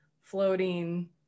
floating